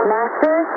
Master